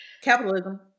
capitalism